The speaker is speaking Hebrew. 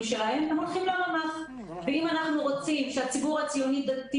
שלהם הם הולכים לממ"ח ואם אנחנו רוצים שהציבור הציוני-דתי